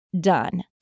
done